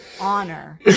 honor